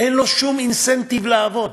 אין לו שום אינסנטיב לעבוד.